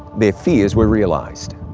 their fears were realized.